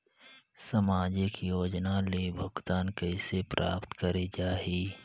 समाजिक योजना ले भुगतान कइसे प्राप्त करे जाहि?